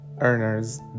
earners